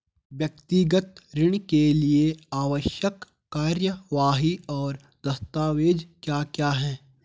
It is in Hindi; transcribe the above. व्यक्तिगत ऋण के लिए आवश्यक कार्यवाही और दस्तावेज़ क्या क्या हैं?